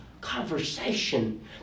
Conversation